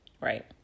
Right